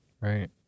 Right